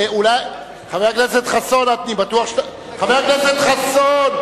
חבר הכנסת חסון,